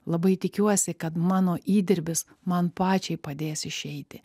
labai tikiuosi kad mano įdirbis man pačiai padės išeiti